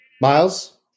Miles